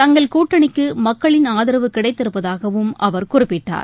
தங்கள் கூட்டணிக்கு மக்களின் ஆதரவு கிடைத்திருப்பதாகவும் அவர் குறிப்பிட்டார்